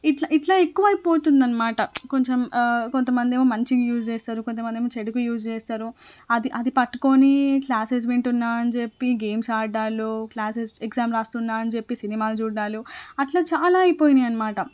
ఇట్లా ఇట్లా ఎక్కువైపోతుంది అన్నమాట కొంచెం కొంతమందేమో మంచిగ యూజ్ చేస్తారు కొంతమందేమో చెడుగా యూజ్ చేస్తారు అది అది పట్టుకొని క్లాసెస్ వింటున్నా అని చెప్పి గేమ్స్ ఆడడాలు క్లాసెస్ ఎగ్జామ్ రాస్తున్నా అని చెప్పి సినిమాలు చూడడాలు అట్లా చాలా అయిపోయినాయి అన్నమాట